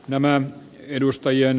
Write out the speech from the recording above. kannatan ed